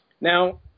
Now